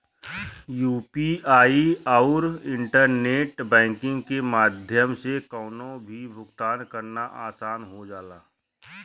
UPI आउर internet banking के माध्यम से कउनो भी भुगतान करना आसान हो जाला